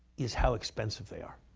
is how expensive they are.